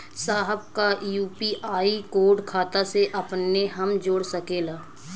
साहब का UPI code खाता से अपने हम जोड़ सकेला?